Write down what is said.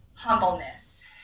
humbleness